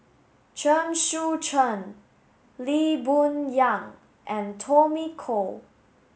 Chen Sucheng Lee Boon Yang and Tommy Koh